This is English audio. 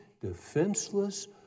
defenseless